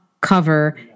cover